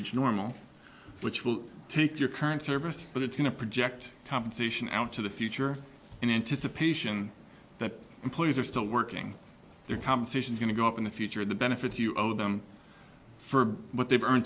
age normal which will take your current service but it's been a project compensation out to the future in anticipation that employees are still working their competition going to go up in the future of the benefits you owe them for what they